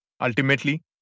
Ultimately